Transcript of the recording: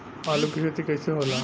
आलू के खेती कैसे होला?